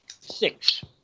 Six